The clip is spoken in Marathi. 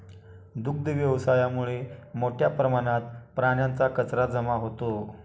दुग्ध व्यवसायामुळे मोठ्या प्रमाणात प्राण्यांचा कचरा जमा होतो